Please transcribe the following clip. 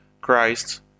Christ